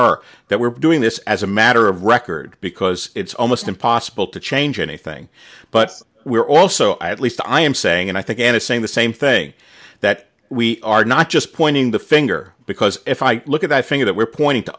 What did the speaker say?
her that we're doing this as a matter of record because it's almost impossible to change anything but we're also at least i am saying and i think anna saying the same thing that we are not just pointing the finger because if i look at i think that we're pointing to